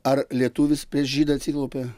ar lietuvis prieš žydą atsiklaupė